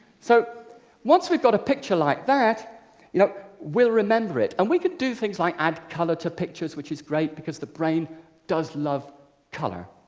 so once we've got a picture like that you know we'll remember it. and we could do things like add colour to pictures which is great because the brain does love colour.